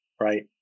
right